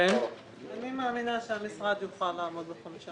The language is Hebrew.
אני מאמינה שהמשרד יוכל לעמוד ב-5 מיליון שקל.